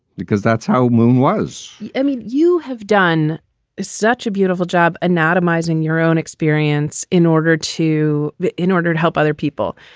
because that's how moon was me you have done such a beautiful job. anatomies in your own experience in order to in order to help other people.